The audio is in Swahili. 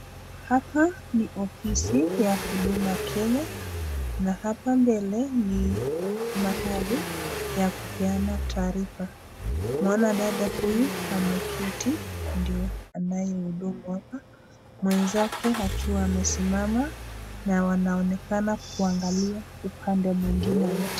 Hapa ni ofisi ya huduma kenya na hapa mbele ni mahali ya kupeana taarifa. Mwanadada huyu ameketi ndio anayehudumu hapa mwenzake akiwa amesimama na wanaonekana kuangalia upande mwingine wote.